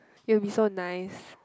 it'll be so nice